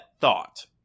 thought